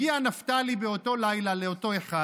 הגיע נפתלי באותו לילה לאותו אחד